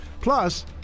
Plus